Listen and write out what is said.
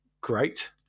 Great